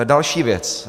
Další věc.